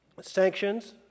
sanctions